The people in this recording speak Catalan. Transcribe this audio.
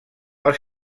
els